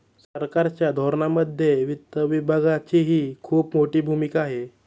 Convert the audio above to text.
सरकारच्या धोरणांमध्ये वित्त विभागाचीही खूप मोठी भूमिका आहे